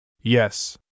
Yes